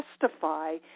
testify